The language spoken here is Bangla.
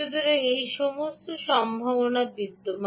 সুতরাং এই সমস্ত সম্ভাবনা বিদ্যমান